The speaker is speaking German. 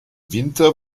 winter